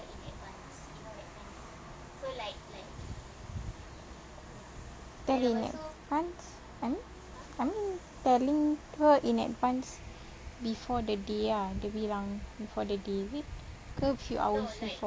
tell in advance I mean I mean telling her in advance before the day ah dia bilang before the day is it ke few hours before